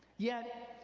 yet,